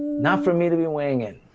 not for me to be weighing in.